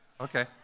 Okay